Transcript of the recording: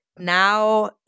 now